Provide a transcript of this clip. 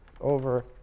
over